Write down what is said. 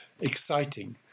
exciting